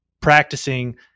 practicing